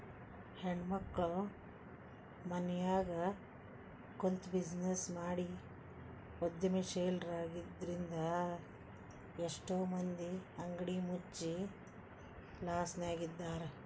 ಹೆಣ್ಮಕ್ಳು ಮನ್ಯಗ ಕುಂತ್ಬಿಜಿನೆಸ್ ಮಾಡಿ ಉದ್ಯಮಶೇಲ್ರಾಗಿದ್ರಿಂದಾ ಎಷ್ಟೋ ಮಂದಿ ಅಂಗಡಿ ಮುಚ್ಚಿ ಲಾಸ್ನ್ಯಗಿದ್ದಾರ